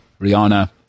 Rihanna